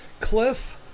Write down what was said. Cliff